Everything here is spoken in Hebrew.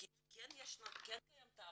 כי כן קיים טאבו,